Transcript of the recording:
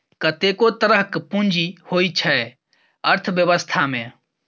कतेको तरहक पुंजी होइ छै अर्थबेबस्था मे